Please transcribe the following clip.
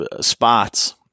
spots